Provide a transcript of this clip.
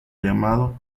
llamado